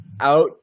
out